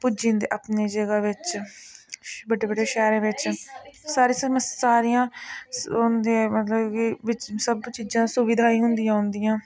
पुज्जी जंदे अपनी जगह् बिच्च बड्डे बड्डे शैह्रें बिच्च सारी समस्या सारियां होंदियां मतलब कि बिच्च सब चीज़ां सुविधा गै हुंदियां उंदियां